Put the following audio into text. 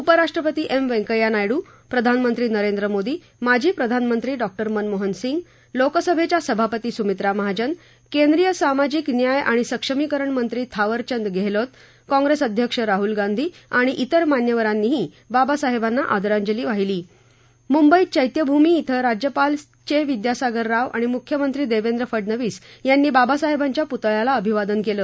उपराष्ट्रपती एम व्यंकय्या नायडू प्रधानमंत्री नरेंद्र मोदी माजी प्रधानमंत्री डॉ मनमोहन सिंग लोकसभेच्या सभापती सुमित्रा महाजन केंद्रीय सामाजिक न्याय आणि सक्षमीकरण मंत्री थावरचंद गेहलोत काँग्रेस अध्यक्ष राहुल गांधी आणि इतर मान्यवरांनीही बाबासाहेबांना आदरांजली वाहिली मुंबईत चैत्यभूमी इथं राज्यपाल सी विद्यासागर राव आणि मुख्यमंत्री देवेंद्र फडनवीस यांनी बाबासाहेबांच्या पुतळ्याला अभिवादन केलं